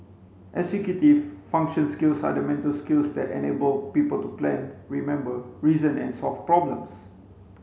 executive function skills are the mental skills that enable people to plan remember reason and solve problems